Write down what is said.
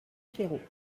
claireaux